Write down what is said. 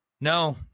no